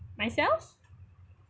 myself